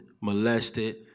molested